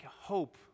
hope